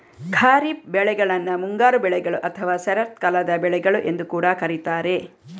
ಖಾರಿಫ್ ಬೆಳೆಗಳನ್ನ ಮುಂಗಾರು ಬೆಳೆಗಳು ಅಥವಾ ಶರತ್ಕಾಲದ ಬೆಳೆಗಳು ಎಂದು ಕೂಡಾ ಕರೀತಾರೆ